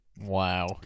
Wow